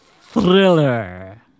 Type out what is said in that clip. Thriller